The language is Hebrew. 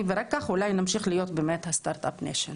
ורק כך אולי נמשיך להיות באמת הסטארט-אפ ניישן.